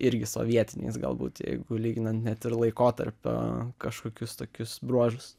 irgi sovietiniais galbūt jeigu lyginant net ir laikotarpio kažkokius tokius bruožus